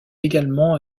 également